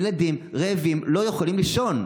ילדים רעבים לא יכולים לישון.